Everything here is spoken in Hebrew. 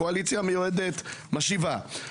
הקואליציה המיועדת משיבה,